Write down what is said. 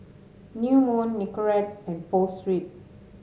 New Moon Nicorette and Pho Street